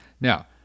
Now